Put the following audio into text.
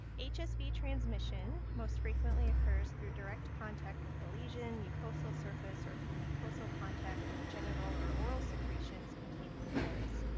hsv transmission most frequently occurs through direct contact with a lesion or mucosal surface, or through mucosal contact with genital or oral secretions containing the virus.